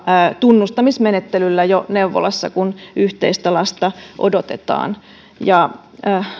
tunnustamismenettelyllä jo neuvolassa kun yhteistä lasta odotetaan